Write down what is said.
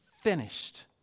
finished